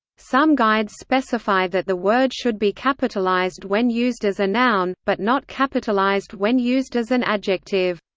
some guides specify that the word should be capitalized when used as a noun, but not capitalized when used as an adjective.